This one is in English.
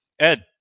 Ed